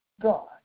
God